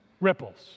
ripples